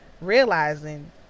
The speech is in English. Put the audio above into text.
realizing